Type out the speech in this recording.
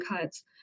cuts